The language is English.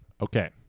Okay